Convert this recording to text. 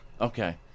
Okay